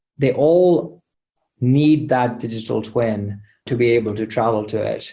they all need that digital twin to be able to travel to it.